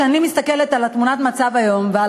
כשאני מסתכלת על תמונת המצב היום ועל